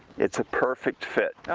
it's a perfect fit.